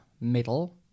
middle